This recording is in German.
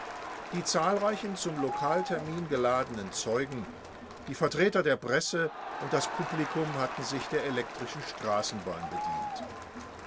die zahlreich zum lokaltermin geladenen zeugen die vertreter der presse und das publikum hatten sich der elektrischen straßenbahn bedient